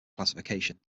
classification